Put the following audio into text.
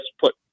put